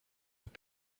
have